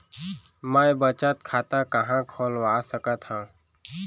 मै बचत खाता कहाँ खोलवा सकत हव?